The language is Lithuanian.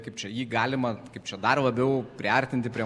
kaip čia jį galima kaip čia dar labiau priartinti prie